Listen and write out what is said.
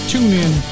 TuneIn